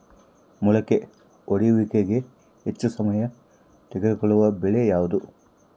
ಮೊಳಕೆ ಒಡೆಯುವಿಕೆಗೆ ಹೆಚ್ಚು ಸಮಯ ತೆಗೆದುಕೊಳ್ಳುವ ಬೆಳೆ ಯಾವುದು?